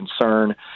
concern